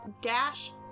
dash